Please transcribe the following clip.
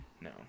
no